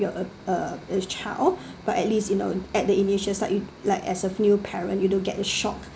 your uh uh a child but at least you know at the initial start you like as a new parent you don't get a shock